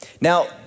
Now